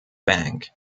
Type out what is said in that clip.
bank